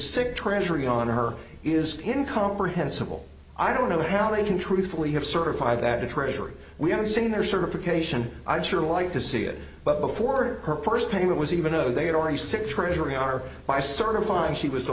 sick treasury on her is in comprehensible i don't know how they can truthfully have certify that the treasury we haven't seen their certification i'd sure like to see it but before her first payment was even though they had already sick treasury are by certifying she was